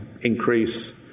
increase